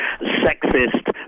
sexist